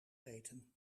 eten